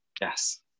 Yes